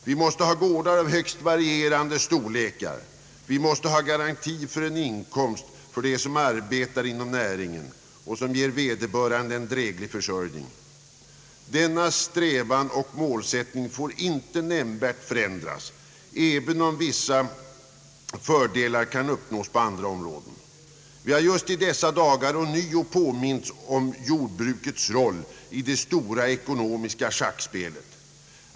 Vi måste ha gårdar av högst varierande storlekar. Vi måste ha garanti för en inkomst för dem som arbetar inom näringen som ger vederbörande en dräglig försörjning. Denna strävan och målsättning får inte nämnvärt förändras, även om vissa fördelar kan uppnås på andra områden. Vi har just i dessa dagar ånyo påmints om jordbrukets roll i det stora ekonomiska schackspelet.